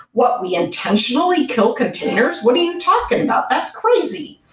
what? we intentionally kill containers? what are you talking about? that's crazy.